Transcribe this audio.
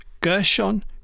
Gershon